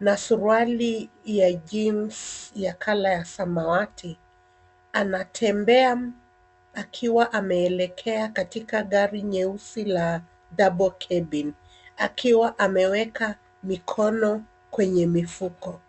na suruali ya jeans ya colour ya samawati ,anatembea akiwa ameelekea katika gari nyeusi la double cabin akiwa ameweka mikono kwenye mifuko.